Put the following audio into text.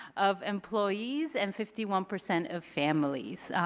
of employees and fifty one percent of families.